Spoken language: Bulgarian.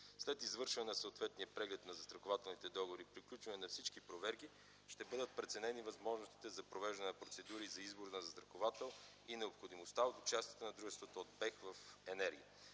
След извършване на съответния преглед на застрахователните договори и приключване на всички проверки, ще бъдат преценени възможностите за провеждане на процедури за избор на застраховател и необходимостта от участието на дружествата от Българския